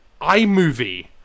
iMovie